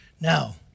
Now